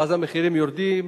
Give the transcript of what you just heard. ואז המחירים יורדים,